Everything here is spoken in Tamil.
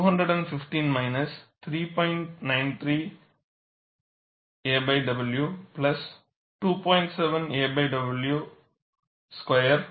1 aw215 3